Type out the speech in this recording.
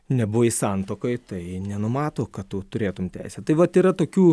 nebuvai santuokoj tai nenumato kad tu turėtum teisę tai vat yra tokių